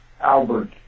Albert